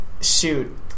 shoot